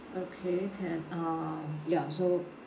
okay can um ya so